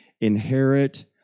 inherit